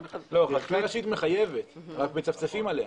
אבל החקיקה הראשית מחייבת, רק מצפצפים עליה.